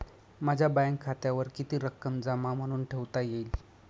माझ्या बँक खात्यावर किती रक्कम जमा म्हणून ठेवता येईल?